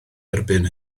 erbyn